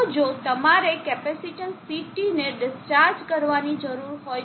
તોજો તમારે capacitance CT ને discharge કરવાની જરૂર હોય તો શું થશે